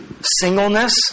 singleness